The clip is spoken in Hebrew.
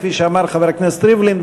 כפי שאמר חבר הכנסת ריבלין,